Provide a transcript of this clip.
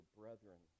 brethren